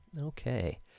Okay